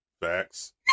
Facts